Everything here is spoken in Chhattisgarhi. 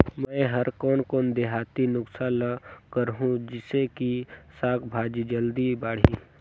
मै हर कोन कोन देहाती नुस्खा ल करहूं? जिसे कि साक भाजी जल्दी बाड़ही?